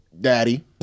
daddy